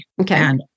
Okay